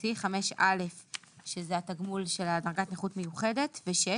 הבסיסי - 5א - שזה התגמול של דרגת נכות מיוחדת - ו-6